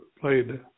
played